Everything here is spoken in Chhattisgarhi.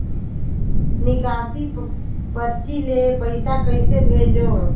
निकासी परची ले पईसा कइसे भेजों?